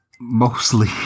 mostly